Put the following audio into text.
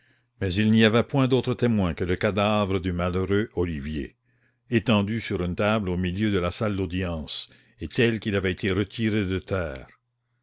mais il n'y avait point d'autre témoin que le cadavre du malheureux olivier étendu sur une table au milieu de la salle d'audience et tel qu'il avait été retiré de terre